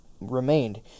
remained